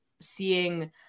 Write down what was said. seeing